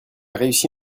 réussi